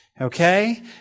okay